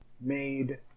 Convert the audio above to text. made